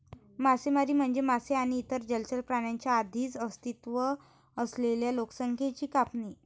मासेमारी म्हणजे मासे आणि इतर जलचर प्राण्यांच्या आधीच अस्तित्वात असलेल्या लोकसंख्येची कापणी